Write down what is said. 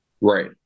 Right